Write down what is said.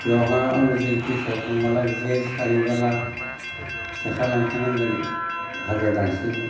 बेवहाय अनजलि दैसायाव थांबा जे सारहैब्ला सेखा लांखा नांगोन हाग्रा दानस्रिंनो